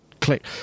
click